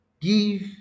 Give